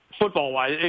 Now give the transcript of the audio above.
Football-wise